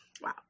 Wow